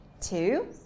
two